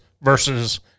Versus